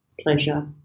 pleasure